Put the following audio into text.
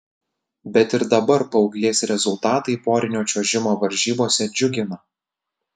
bet ir dabar paauglės rezultatai porinio čiuožimo varžybose džiugina